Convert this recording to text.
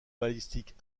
balistiques